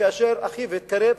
כאשר אחיו התקרב,